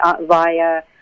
via